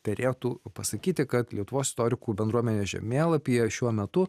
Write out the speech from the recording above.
derėtų pasakyti kad lietuvos istorikų bendruomenės žemėlapyje šiuo metu